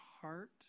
heart